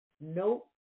Nope